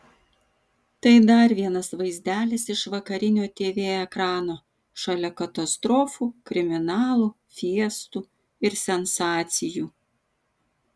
tai dar vienas vaizdelis iš vakarinio tv ekrano šalia katastrofų kriminalų fiestų ir sensacijų